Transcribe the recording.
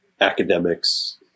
academics